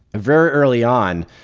very early on,